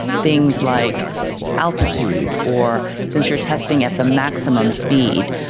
things like altitude, or since you're testing at the maximum speed,